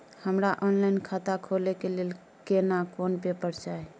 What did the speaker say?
हमरा ऑनलाइन खाता खोले के लेल केना कोन पेपर चाही?